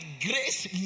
grace